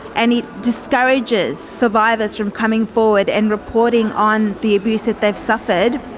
and it discourages survivors from coming forward and reporting on the abuse that they've suffered.